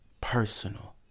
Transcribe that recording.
personal